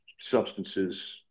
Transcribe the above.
substances